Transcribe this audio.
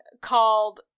called